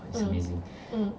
mm mm